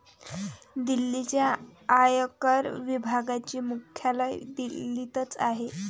दिल्लीच्या आयकर विभागाचे मुख्यालय दिल्लीतच आहे